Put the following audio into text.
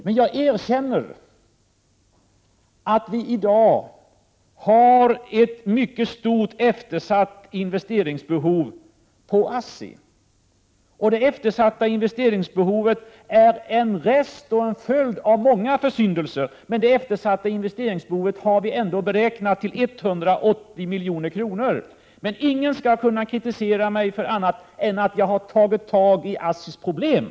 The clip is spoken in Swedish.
Men jag erkänner att vi i dag har ett mycket stort eftersatt investeringsbehov på ASSI. Det eftersatta investeringsbehovet är en följd av många försyndelser. Det behovet har vi beräknat till 180 milj.kr. Men ingen skall kunna kritisera mig för annat än att jag tagit tag i ASSI:s problem.